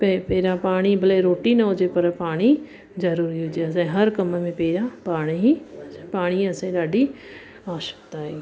पे पहिरियां पाणी भले रोटी न हुजे पर पाणी जरूरी हुजे असांजे हर कम में पहिरियां पाणी ई पाणी असांजी ॾाढी आवश्यकता आहे